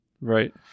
Right